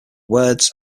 words